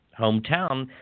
hometown